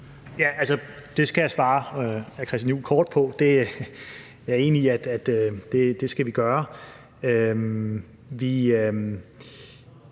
Altså, det skal jeg svare hr. Christian Juhl kort på. Jeg er enig i, at det skal vi gøre.